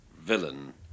villain